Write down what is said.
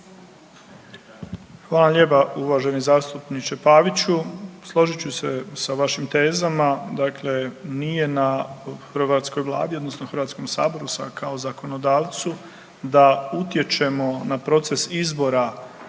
Hvala lijepa uvaženi zastupniče Paviću. Složit ću se sa vašim tezama. Dakle, nije na hrvatskoj vladi odnosno HS kao zakonodavcu da utječemo na proces izbora